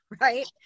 right